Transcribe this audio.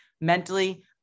mentally